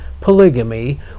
polygamy